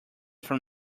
from